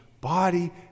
body